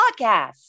podcast